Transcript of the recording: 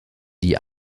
die